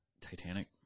Titanic